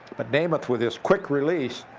but namath, with his quick release,